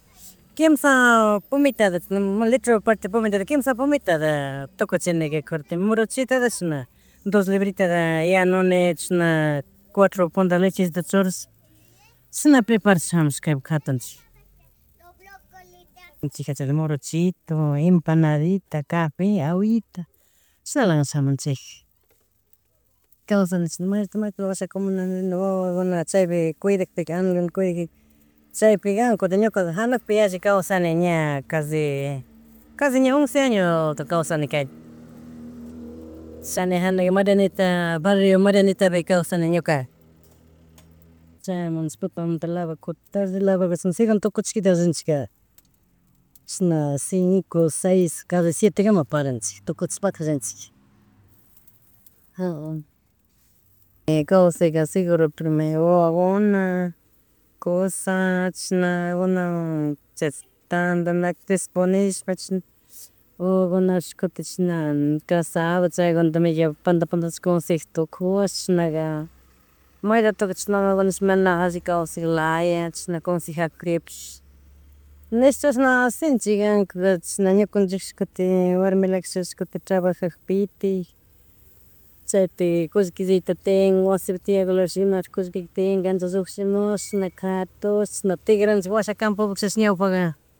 Kinsha pomitata litro parte pumitata kinsha pomitata tukuchinika kutin morochito na dos libritasda yanuni, chishan cuatro funda lechelletota churash chushna preparash shamush kaypi katunchik. Chija, chi morochito, empanadita, café, aguita, chisnaga shamunchika. Kawsani chishna may rato, may rato, washa comuna, wawakunata chaypi kuydapika, animal kuydakpika chaypigan. Kutin ñukaga hanakpi yalli kawsani, ña kashi, kashi ña once años ta kawshani kaypi. Chani hanak Marianita barrio, Marianitave kawsani ñuka. Chay munashpaka tarde lavaboshta, segùn tukuchishata rinchika. Chishna cinco, seis cashi siete kama paranchik, tukuchishpaka rinchik ka. Kawsayka seguro wawakuna, kusha chishana kuna tandanak disponeshpa chishna wawakunash, kutin chishna kasado chaykunata medio panda, panda consejash tukush chashnaka. May ratoka chashnalado nishpa mana alli kawsay laya chishna consejakucripish nesh chashna sinchi kan, kuti chishna ñukanchipish kutin warmilakashash kutin trabajakpitik chaytik kullkisito tian wasi tiyagulapish imatik kullkika tianga nish llukllish mashna katush chishan tigranchik washa campopi cashash ñawpaka